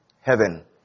heaven